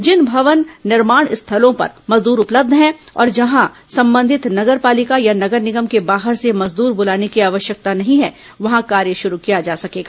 जिन भवन निर्माण स्थलों पर मजद्र उपलब्ध हैं और जहां संबंधित नगर पालिका या नगर निगम के बाहर से मजदूर बुलाने की आवश्यकता नहीं है वहां कार्य शुरू किया जा सकेगा